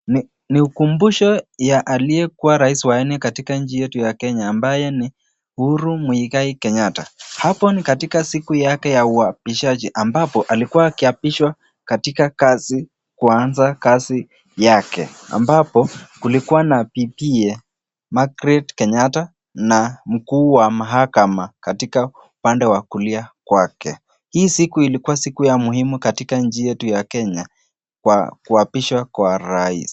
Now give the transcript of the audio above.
Ni ukumbusho ya aliyekuwa rais wa nne katika nchi yetu ya Kenya ambaye ni Uhuru Muigai Kenyatta. Hapo ni katika siku yake ya uapishaji ambapo alikuwa akiapishwa katika kazi kuanza kazi yake ambapo kulikuwa na bibiye Margaret Kenyatta na mkuu wa mahakama katika upande wa kulia kwake. Hii siku ilikuwa siku ya muhimu katika nchi yetu ya Kenya kwa kuapishwa kwa rais.